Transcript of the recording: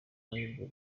muri